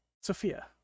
Sophia